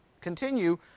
Continue